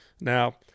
Now